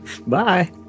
Bye